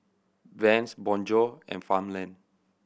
Vans Bonjour and Farmland